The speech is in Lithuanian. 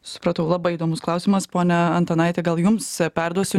supratau labai įdomus klausimas pone antanaiti gal jums perduosiu